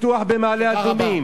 פיתוח במעלה-אדומים,